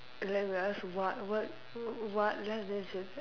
like we ask what what what then she she is like